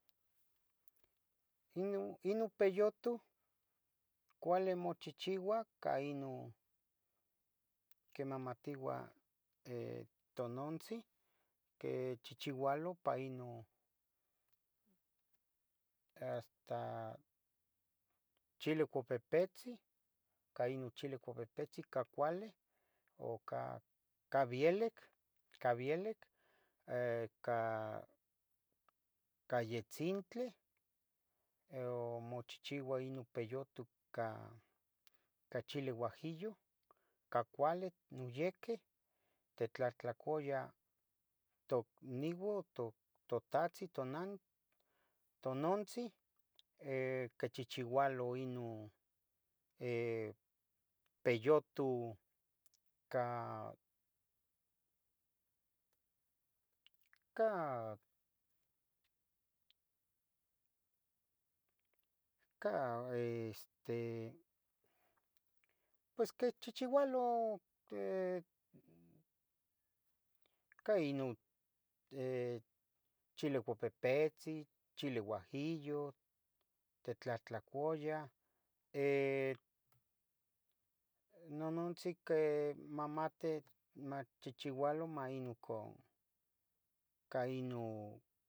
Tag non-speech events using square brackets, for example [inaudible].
Ino, ino peyutu, cuali mochichiua ca ino, quenamatiua, eh, tonontzi que chichiualo pa ino hasta chile cupepetzin, ca ino chile cupepetzi ca ica cuali, o ca, ca bielic, ca bielic, eh ca, ca yetzintli, eu mochichiua ino peyutu ca, ca chile huajillo, ca cuali noyihqui, tetlahtlacoyah tocniuo, to, totahtzi, tona tonontzi, eh, quichichiualo ino eh, peyutu ca, [hesitation] ca, [hesitation] ca este, [hesitation] pues quichichiualo de, ca ino de chile pupepetzi, chile huajillo, tetlahtlacuyah, [hesitation] nonontzin quemamati machichiualo ma ino cu, ca ino.